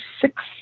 six